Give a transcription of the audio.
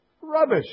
Rubbish